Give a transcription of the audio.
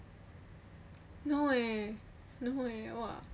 no eh no eh !wah!